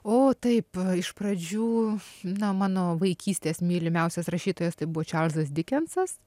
o taip iš pradžių na mano vaikystės mylimiausias rašytojas tai buvo čarlzas dikensas